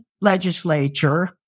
legislature